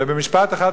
ובמשפט אחד,